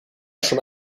schon